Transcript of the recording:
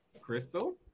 Crystal